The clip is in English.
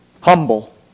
humble